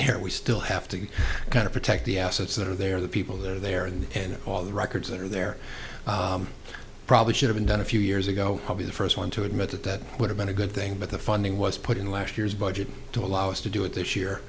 there we still have to kind of protect the assets that are there the people that are there and and all the records that are there probably should have been done a few years ago probably the first one to admit that that would have been a good thing but the funding was put in last year's budget to allow us to do it this year